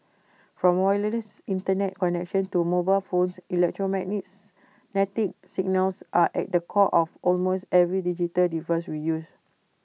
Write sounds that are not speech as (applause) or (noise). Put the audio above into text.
from wireless Internet connections to mobile phones (unintelligible) signals are at the core of almost every digital device we use